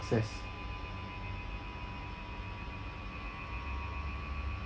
success